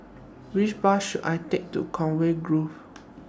Which Bus should I Take to Conway Grove